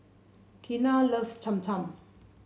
Keena loves Cham Cham